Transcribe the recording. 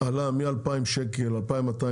עלה בשלוש השנים האחרונות מ-2,200 שקלים ל-3,500,